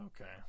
Okay